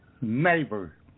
neighbor